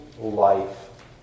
Life